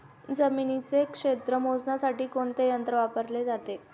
जमिनीचे क्षेत्र मोजण्यासाठी कोणते यंत्र वापरले जाते?